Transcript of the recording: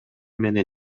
мени